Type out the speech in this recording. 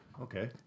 Okay